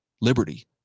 liberty